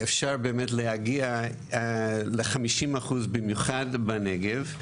אפשר להגיע ל-50%, במיוחד בנגב.